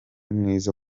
mwiza